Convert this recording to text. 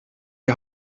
die